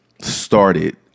started